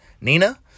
Nina